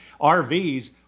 RVs